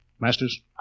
Masters